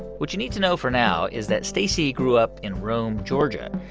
what you need to know for now is that stacy grew up in rome, ga.